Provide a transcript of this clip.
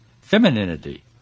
femininity